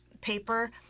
paper